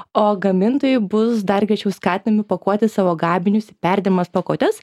o gamintojai bus dar griežčiau skatinami pakuoti savo gaminius į perdimas pakuotes